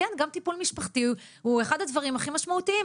אז כן גם טיפול משפחתי הוא אחד הדברים הכי משמעותיים,